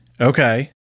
Okay